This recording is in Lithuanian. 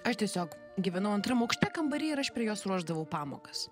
aš tiesiog gyvenau antram aukšte kambary ir aš prie jos ruošdavau pamokas